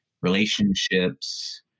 relationships